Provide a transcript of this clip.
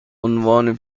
عنوان